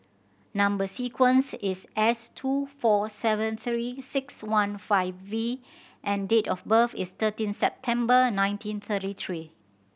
number sequence is S two four seven Three Six One five V and date of birth is thirteen September nineteen thirty three